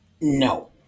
No